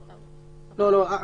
ניצן,